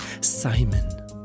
Simon